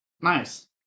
Nice